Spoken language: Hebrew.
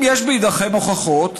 אם יש בידיכם הוכחות,